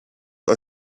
are